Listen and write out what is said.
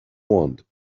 want